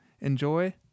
enjoy